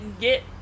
get